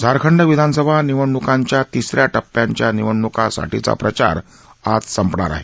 झारखंड विधानसभा निवडणुकांच्या तिसऱ्या प्प्यांच्या निवडणुकीसाठीचा प्रचार आज संपणार आहे